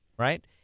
Right